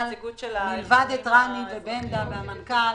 מלבד את רני ובנדא והמנכ"ל,